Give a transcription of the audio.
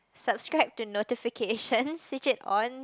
subscribe to notifications switch it on